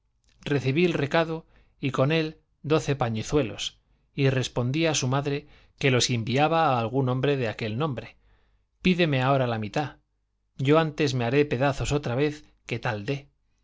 recibí el recado y con él doce pañizuelos y respondí a su madre que los inviaba a algún hombre de aquel nombre pídeme ahora la mitad yo antes me haré pedazos otra vez que tal dé